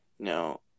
No